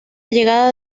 llegada